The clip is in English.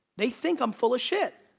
they think i'm full of shit!